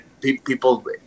people